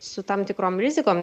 su tam tikrom rizikom